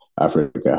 Africa